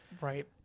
Right